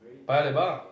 Paya-Lebar